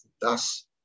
Thus